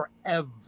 forever